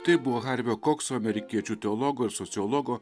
tai buvo harvio kokso amerikiečių teologo ir sociologo